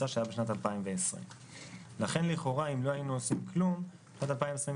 הממוצע כפי שעודכן ביום ד' בטבת התש"ף (1 בינואר 2020)